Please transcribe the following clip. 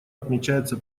отмечается